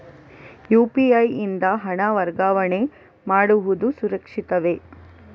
UPI ಯಿಂದ ಹಣ ವರ್ಗಾವಣೆ ಮಾಡುವುದು ಸುರಕ್ಷಿತವೇ?